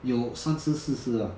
有三十四十啊